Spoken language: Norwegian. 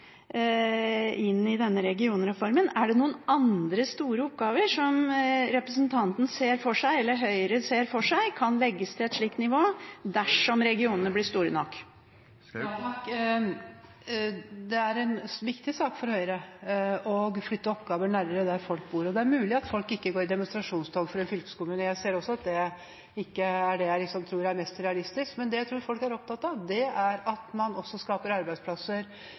inn i denne regionreformen? Er det noen andre store oppgaver som representanten og Høyre ser for seg kan legges til et slikt nivå, dersom regionene blir store nok? Det er en viktig sak for Høyre å flytte oppgaver nærmere der folk bor. Det er mulig at folk ikke går i demonstrasjonstog for en fylkeskommune. Jeg ser også at det ikke er det mest realistiske. Men det jeg tror folk er opptatt av, er at man skaper arbeidsplasser